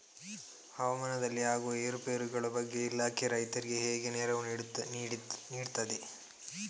ಹವಾಮಾನದಲ್ಲಿ ಆಗುವ ಏರುಪೇರುಗಳ ಬಗ್ಗೆ ಇಲಾಖೆ ರೈತರಿಗೆ ಹೇಗೆ ನೆರವು ನೀಡ್ತದೆ?